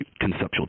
conceptual